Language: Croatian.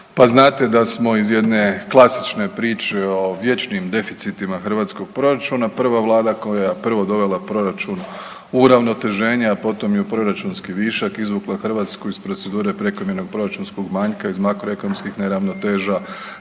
pa znate da smo iz jedne klasične priče o vječnim deficitima hrvatskog proračuna prva vlada koja, prvo dovela proračun u uravnoteženje, a potom i u proračunski višak, izvukla Hrvatsku iz procedure prekomjernog proračunskog manjka iz makroekonomskih neravnoteža,